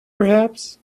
perhaps